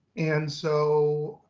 and so